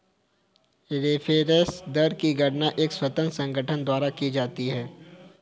reference दर की गणना एक स्वतंत्र संगठन द्वारा की जाती है